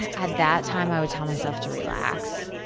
at that time, i would tell myself to relax,